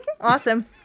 Awesome